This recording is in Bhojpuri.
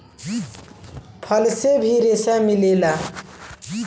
फल से भी रेसा मिलेला